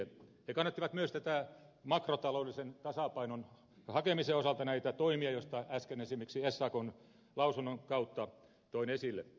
he kannattivat myös makrotaloudellisen tasapainon hakemisen osalta näitä toimia joita äsken esimerkiksi sakn lausunnon kautta toin esille